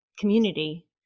community